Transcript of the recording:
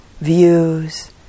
views